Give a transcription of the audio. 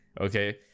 Okay